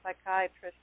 psychiatrist